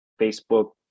Facebook